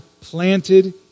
planted